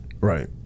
Right